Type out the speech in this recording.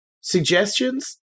suggestions